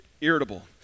irritable